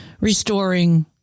restoring